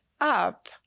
up